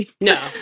No